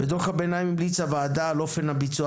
בדו"ח הביניים המליצה הוועדה על אופן הביצוע